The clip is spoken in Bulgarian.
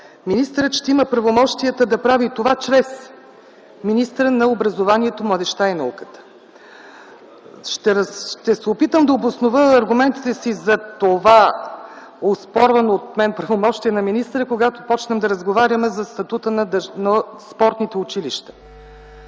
министърът ще има правомощията да прави това чрез министъра на образованието, младежта и науката. Ще се опитам да се обоснова с аргументите си това оспорвано от мен правомощие на министъра, когато започнем да разговаряме за статута на спортните училища,